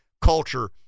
culture